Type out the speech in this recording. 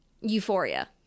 euphoria